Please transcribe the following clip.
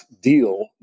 deal